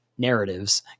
narratives